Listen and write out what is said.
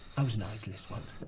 i was an idealist once.